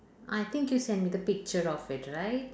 I think you sent me the picture of it right